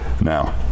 now